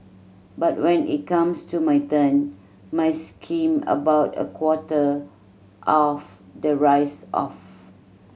but when it comes to my turn my skim about a quarter of the rice off